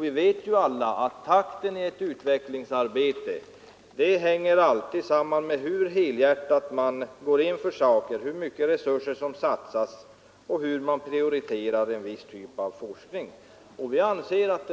Vi vet alla att takten i ett utvecklingsarbete alltid hänger samman med hur helhjärtat man går in för det, hur mycket resurser som satsas och hur man prioriterar en viss typ av forskning. Vi anser att